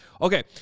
Okay